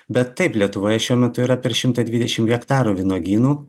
bet taip lietuvoje šiuo metu yra per šimtą dvidešim hektarų vynuogynų